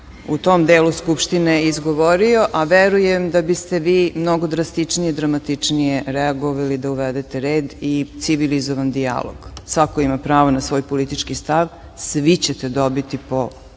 u tom delu Skupštine izgovorio, a verujem da biste vi mnogo drastičnije i dramatičnije reagovali da uvedete red i civilizovan dijalog. Svako ima pravo na svoj politički stav, svi ćete dobiti po